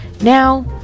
Now